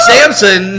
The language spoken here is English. Samson